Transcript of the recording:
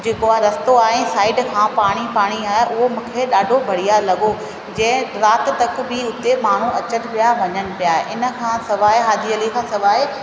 जेको आहे रस्तो आहे साईड खां पाणी पाणी आहे उहो मूंखे ॾाढो बढ़िया लॻो जंहिं राति तक बि माण्हू उते माण्हू अचनि पिया वञनि पिया इन खां सवाइ हाजी अलीअ खां सवाइ